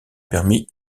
permis